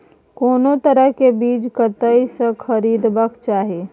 कोनो तरह के बीज कतय स खरीदबाक चाही?